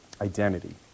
identity